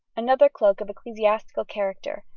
another cloak of ecclesiastical character,